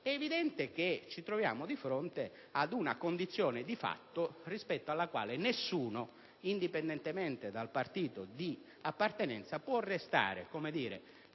risorse. Ci troviamo di fronte ad una condizione di fatto rispetto alla quale nessuno, indipendentemente dal partito di appartenenza, può restare inerte